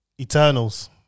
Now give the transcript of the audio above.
Eternals